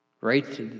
right